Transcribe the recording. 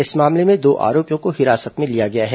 इस मामले में दो आरोपियों को हिरासत में लिया गया है